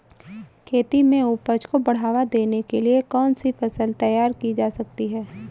खेती में उपज को बढ़ावा देने के लिए कौन सी फसल तैयार की जा सकती है?